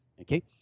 okay